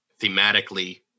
Thematically